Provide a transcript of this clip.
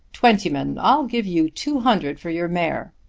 twentyman, i'll give you two hundred for your mare,